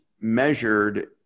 measured